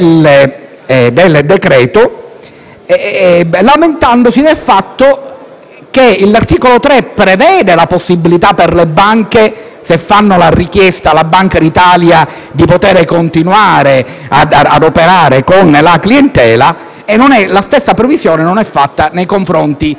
lamentandosi del fatto che tale articolo preveda la possibilità, per le banche che ne fanno richiesta alla Banca d'Italia, di poter continuare ad operare con la clientela mentre la stessa previsione non è fatta nei confronti dei gestori di fondi e degli OICR.